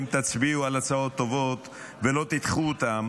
תצביעו על הצעות טובות ולא תדחו אותן